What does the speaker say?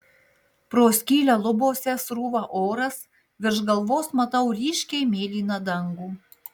pro skylę lubose srūva oras virš galvos matau ryškiai mėlyną dangų